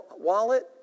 wallet